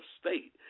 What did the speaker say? state